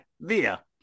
via